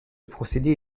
procédé